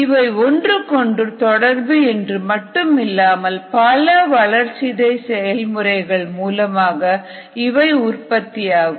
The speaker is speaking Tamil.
இவை ஒன்றுக்கொன்று தொடர்பு என்று மட்டும் இல்லாமல் பல வளர்சிதை செயல்முறைகள் மூலமாக இவை உற்பத்தியாகும்